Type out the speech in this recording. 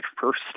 first